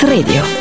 Radio